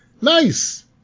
Nice